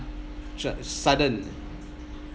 shock sudden